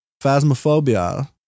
Phasmophobia